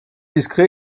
discret